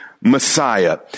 Messiah